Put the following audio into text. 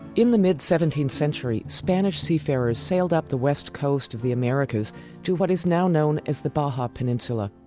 in the mid seventeenth century, spanish seafarers sailed up the west coast of the americas to what is now known as the baja peninsula.